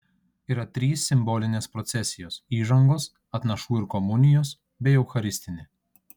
yra trys simbolinės procesijos įžangos atnašų ir komunijos bei eucharistinė